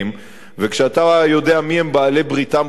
וכשאתה יודע מי הם בעלי-בריתם פה באזור,